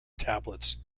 tablets